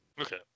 Okay